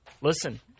listen